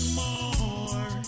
more